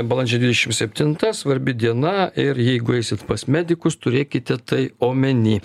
balandžio dvidešimt septinta svarbi diena ir jeigu eisit pas medikus turėkite tai omeny